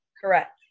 Correct